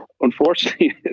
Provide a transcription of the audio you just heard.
unfortunately